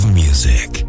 music